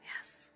Yes